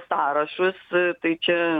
sąrašus tai čia